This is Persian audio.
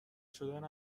شدن